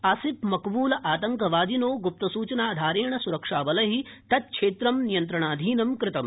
आसिफ मकबूलातंकवादिनो ग्प्तसूचनाधारेण सुरक्षाबलै तक्षेत्र नियन्त्रणाधीनं कृतम्